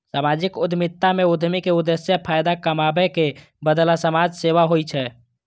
सामाजिक उद्यमिता मे उद्यमी के उद्देश्य फायदा कमाबै के बदला समाज सेवा होइ छै